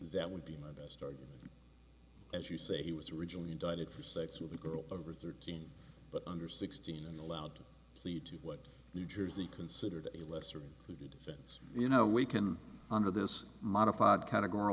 that would be my best argument as you say he was originally indicted for sex with a girl over thirteen but under sixteen and allowed to plead to what new jersey considered the lesser of the defense you know we can honor this modified categor